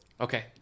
Okay